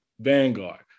vanguard